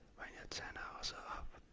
ten hours are up,